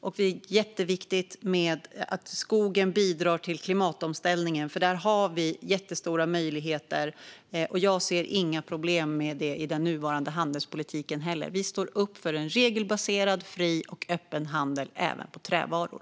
Det är jätteviktigt att skogen bidrar till klimatomställningen, för där har vi jättestora möjligheter. Jag ser inga problem med detta i den nuvarande handelspolitiken heller. Vi står upp för en regelbaserad, fri och öppen handel även med trävaror.